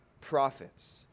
prophets